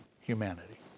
humanity